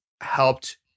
helped